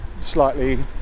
slightly